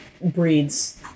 breeds